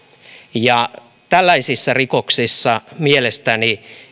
tällaisissa rikoksissa mielestäni